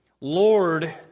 Lord